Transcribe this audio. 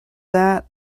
that